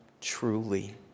truly